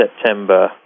September